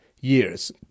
years